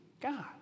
God